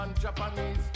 Japanese